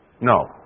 No